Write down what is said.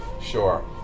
Sure